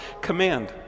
command